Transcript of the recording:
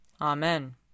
Amen